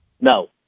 No